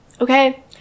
Okay